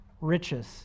riches